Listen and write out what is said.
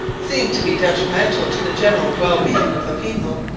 seemed to be detrimental to the general wellbeing of the people,